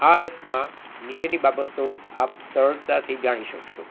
આ એપમાં નીચેની બાબતો આપ સરળતાથી જાણી શકશો